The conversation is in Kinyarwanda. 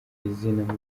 izina